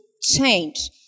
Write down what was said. change